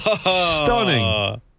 Stunning